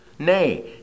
Nay